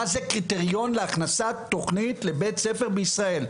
מה זה קריטריון להכנסת תוכנית לבית ספר בישראל?